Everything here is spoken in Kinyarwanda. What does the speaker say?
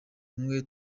umwe